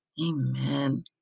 Amen